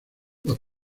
los